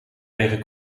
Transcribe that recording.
eigen